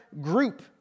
group